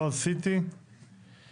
בועז סיטי משופרסל.